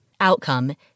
outcome